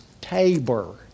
Tabor